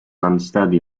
unsteady